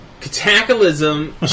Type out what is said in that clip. Cataclysm